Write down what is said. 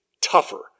tougher